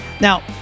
Now